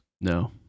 No